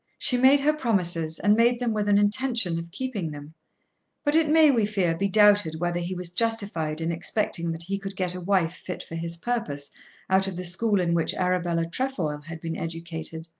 she made her promises and made them with an intention of keeping them but it may, we fear, be doubted whether he was justified in expecting that he could get a wife fit for his purpose out of the school in which arabella trefoil had been educated.